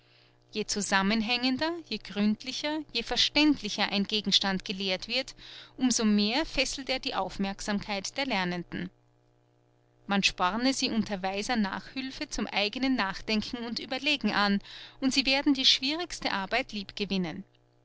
je zusammenhängender je gründlicher je verständlicher ein gegenstand gelehrt wird um so mehr fesselt er die aufmerksamkeit der lernenden man sporne sie unter weiser nachhülfe zum eignen nachdenken und ueberlegen an und sie werden die schwierigste arbeit